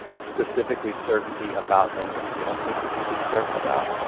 specifically certainty about things i don't think you can be certain about.